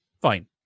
fine